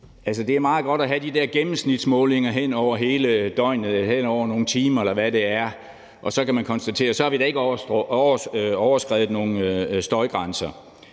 Det er meget godt at have de der gennemsnitsmålinger hen over hele døgnet eller hen over nogle timer, eller hvad det er, og så kan man konstatere, at der ikke er overskredet nogen støjgrænser,